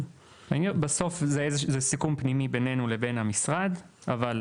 בסוף זה סיכום פנימי, ביננו לבין המשרד, אבל